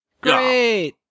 Great